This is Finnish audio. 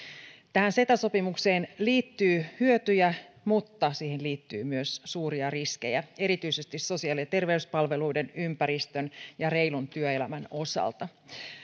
tähän ceta sopimukseen liittyy hyötyjä mutta siihen liittyy myös suuria riskejä erityisesti sosiaali ja terveyspalveluiden ympäristön ja reilun työelämän osalta